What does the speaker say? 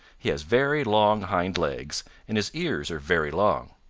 he has very long hind legs and his ears are very long.